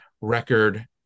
record